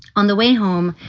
on the way home,